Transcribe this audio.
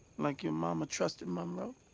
like your momma trusted monroe?